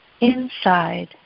inside